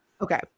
okay